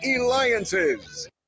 alliances